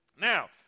Now